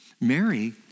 Mary